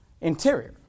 interior